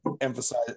emphasize